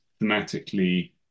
thematically